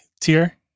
tier